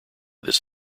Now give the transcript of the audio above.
this